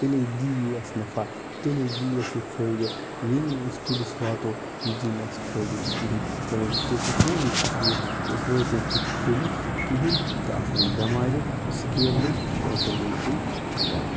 تیٚلے دِیہِ یہِ اَسہِ نَفع تیٚلے دِیہِ اَسہِ یہِ فٲیدٕ ییٚلہِ نہٕ أسۍ کُلِس واتو یہِ دِیہِ نہٕ اسہِ فٲیدٕ تہِ کِہیٖنۍ کیاز کِہیٖنۍ تہٕ اَتھ لوگ بیٚمارِ سکیپ لٔج تمہِ سۭتۍ گوٚو یہِ کُل خَراب